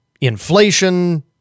inflation